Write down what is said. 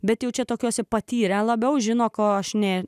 bet jaučia tokiose patyrę labiau žino ko aš ne